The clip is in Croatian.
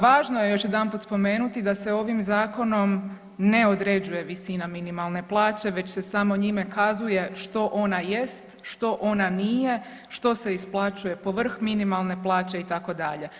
Važno je još jedanput spomenuti da se ovim zakonom ne određuje visina minimalne plaće već se samo njime kazuje što ona jest, što ona nije, što se isplaćuje povrh minimalne plaće itd.